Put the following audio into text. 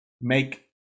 make